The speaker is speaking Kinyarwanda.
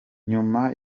nyuma